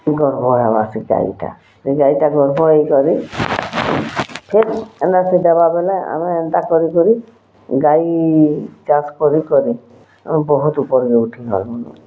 ଗର୍ଭ ହେବା ସେ ଗାଈଟା ସେ ଗାଈଟା ଗର୍ଭ ହେଇକରି ଫିର୍ ଏନ୍ତା ସେ ଦେବା ବେଲେ ଆମେ ଏନ୍ତା କରି କରି ଗାଈ ଚାଷ୍ କରି କରି ଆମେ ବହୁତ୍ ଉପର୍କେ ଉଠିଗଲୁନ